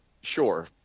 sure